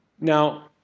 now